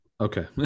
okay